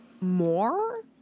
more